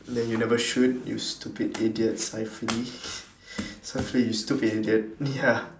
then you never shoot you stupid idiots saifuli saiful you stupid idiot ya